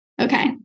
Okay